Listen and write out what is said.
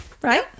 right